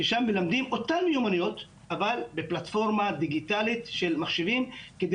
ששם מלמדים אותן מיומנויות אבל בפלטפורמה דיגיטלית של מחשבים כדי